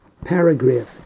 Paragraph